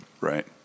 Right